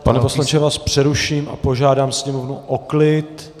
Pane poslanče, já vás přeruším a požádám sněmovnu o klid.